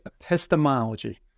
epistemology